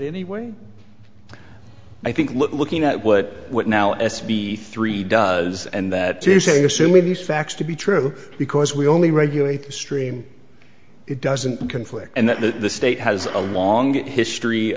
anyway i think looking at what what now s b three does and that to say assuming these facts to be true because we only regulate the stream it doesn't conflict and that the state has a long history